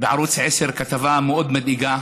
בערוץ 10 כתבה מאוד מדאיגה,